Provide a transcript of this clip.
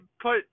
put